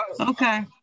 Okay